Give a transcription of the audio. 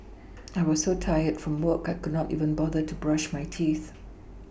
I was so tired from work I could not even bother to brush my teeth